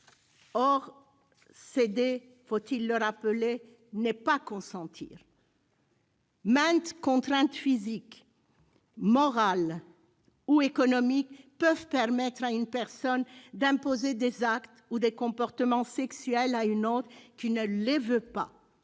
Or céder, faut-il le rappeler, n'est pas consentir. Maintes contraintes physiques, morales ou économiques peuvent permettre à une personne d'imposer des actes ou des comportements sexuels à une autre qui ne les veut pas,